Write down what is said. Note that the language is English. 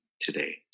today